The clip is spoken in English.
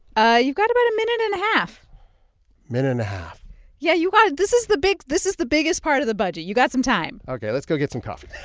ah, you've got about a minute and a half minute and a half yeah, you got a this is the big this is the biggest part of the budget. you got some time ok. let's go get some coffee